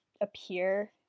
appear